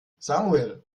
samuel